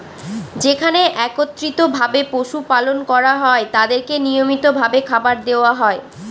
যেখানে একত্রিত ভাবে পশু পালন করা হয় তাদেরকে নিয়মিত ভাবে খাবার দেওয়া হয়